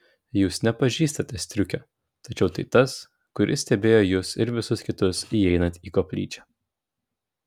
jūs nepažįstate striukio tačiau tai tas kuris stebėjo jus ir visus kitus įeinant į koplyčią